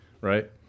right